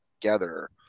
together